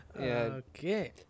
Okay